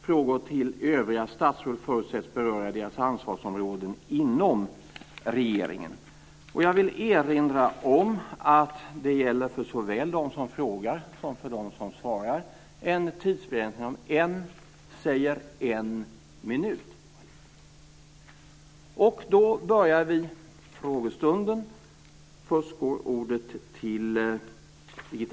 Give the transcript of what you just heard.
Frågor till övriga statsråd förutsätts beröra deras ansvarsområden inom regeringen. Frågorna och svaren ska hålla sig inom en minut.